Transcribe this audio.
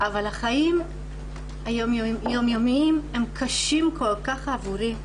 אבל החיים היום יומיים הם כל כך קשים עבורי.